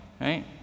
Right